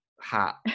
hat